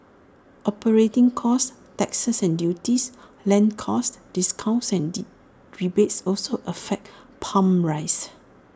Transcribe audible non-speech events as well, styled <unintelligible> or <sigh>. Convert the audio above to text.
operating costs taxes and duties land costs discounts and <unintelligible> rebates also affect pump prices